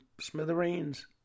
smithereens